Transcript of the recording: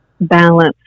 balance